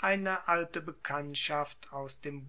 eine alte bekanntschaft aus dem